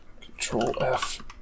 Control-F